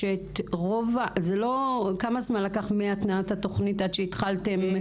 כמה זמן לקח מהתנעת התוכנית עד שהתחלתם?